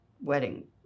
wedding